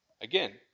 again